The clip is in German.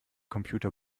computer